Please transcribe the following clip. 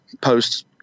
posts